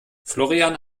florian